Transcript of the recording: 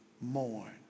mourn